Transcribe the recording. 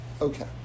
Okay